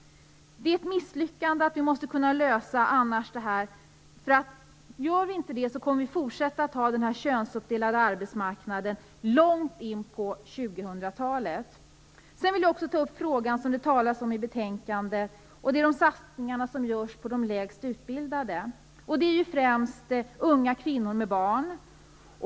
Om vi misslyckas med det, kommer vi att fortsätta att ha en könsuppdelad arbetsmarknad långt in på 2000-talet. Jag vill också ta upp de satsningar på de lägst utbildade som nämns i betänkandet. Det gäller främst unga kvinnor med barn.